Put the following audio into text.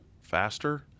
faster